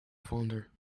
fonder